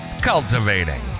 cultivating